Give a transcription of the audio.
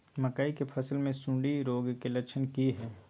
मकई के फसल मे सुंडी रोग के लक्षण की हय?